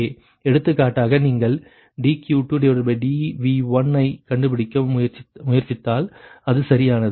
எடுத்துக்காட்டாக நீங்கள் dQ2dV3 ஐக் கண்டுபிடிக்க முயற்சித்தால் இது சரியானது